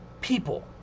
people